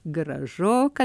gražu kad